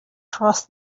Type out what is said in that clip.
cross